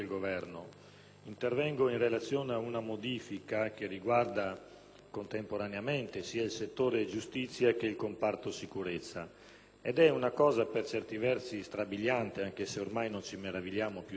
intervengo in relazione ad una modifica che riguarda contemporaneamente sia il settore giustizia sia il comparto sicurezza e che è per certi versi strabiliante, anche se ormai non ci meravigliamo più di nulla,